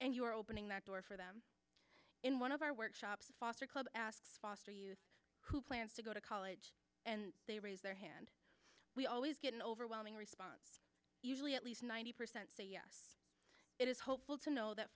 and you are opening that door for them in one of our workshops foster club asked foster youth who plans to go to college and they raise their hand we always get an overwhelming response usually at least ninety percent say yes it is hopeful to know that